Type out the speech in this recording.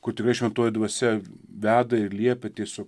kur tikrai šventoji dvasia veda ir liepia tiesiog